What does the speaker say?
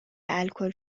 الکل